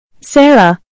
Sarah